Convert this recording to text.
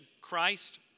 Christ